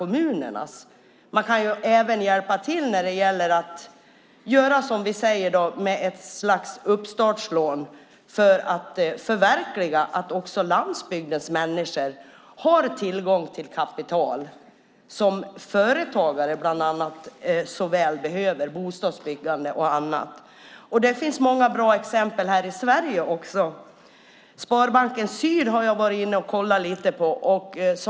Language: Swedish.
Man kan även hjälpa till med ett slags uppstartslån, som vi säger, för att också landsbygdens människor ska få tillgång till kapital som bland annat företagare såväl behöver till bostadsbyggande och annat. Det finns många bra exempel här i Sverige också. Jag har tittat lite på Sparbanken Syd.